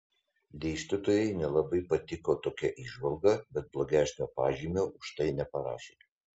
dėstytojai nelabai patiko tokia įžvalga bet blogesnio pažymio už tai neparašė